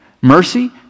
mercy